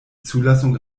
zulassung